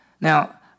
Now